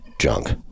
junk